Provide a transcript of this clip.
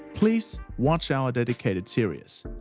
please watch our dedicated series.